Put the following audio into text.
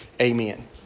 Amen